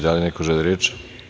Da li neko želi reč?